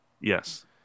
Yes